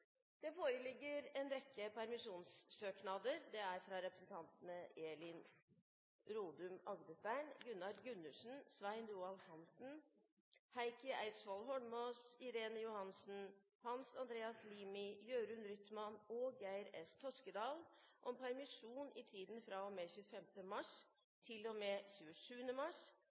Det foreligger en rekke permisjonssøknader: fra representantene Elin Rodum Agdestein, Gunnar Gundersen, Svein Roald Hansen, Heikki Eidsvoll Holmås, Irene Johansen, Hans Andreas Limi, Jørund Rytman og Geir S. Toskedal om permisjon i tiden fra og med 25. mars til og med 27. mars,